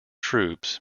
troops